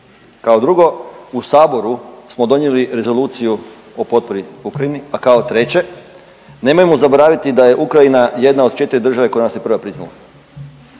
Kao drugo, u Saboru smo donijeli Rezoluciju o potpori Ukrajini. A kao treće, nemojmo zaboraviti da je Ukrajina jedna od četiri država koja nas je prva priznala,